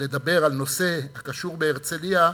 ולדבר על נושא הקשור להרצלייה